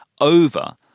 over